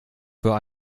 für